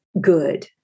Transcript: good